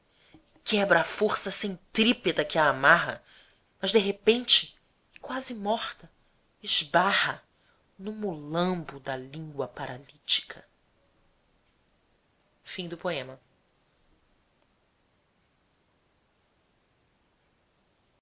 quebra a força centrípeta que a amarra mas de repente e quase morta esbarra no molambo da língua paralítica o